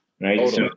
right